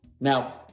Now